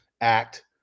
act